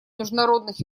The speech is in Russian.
международных